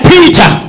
Peter